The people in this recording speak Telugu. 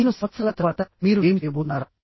15 సంవత్సరాల తరువాత మీరు ఏమి చేయబోతున్నారా